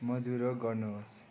मधुरो गर्नुहोस्